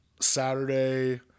Saturday